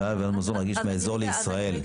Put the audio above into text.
הבאה מזון רגיש מהאזור לישראל.